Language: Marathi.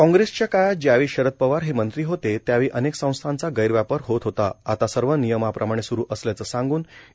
कॉग्रेसच्या काळात ज्यावेळी शरद पवार हे मंत्री होते त्यावेळी अनेक संस्थाचा गैरवापर होत होता आता सर्व नियमाप्रमाणे स्रु असल्याच सांग्न इ